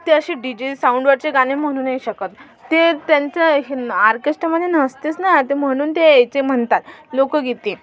ते असे डीजे साऊंडवरचे गाणे म्हणू नाही शकत ते त्यांचं हे आरकेस्टामधे नसतेच ना तर म्हणून ते याचे म्हणतात लोकंगीते